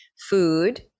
food